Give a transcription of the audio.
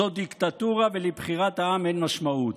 זו דיקטטורה, ולבחירת העם אין משמעות.